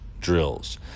drills